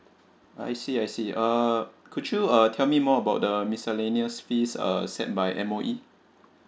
I see I see uh could you uh tell me more about the miscellaneous fees uh set by M_O_E